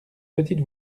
petite